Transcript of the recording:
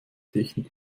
technik